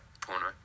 porno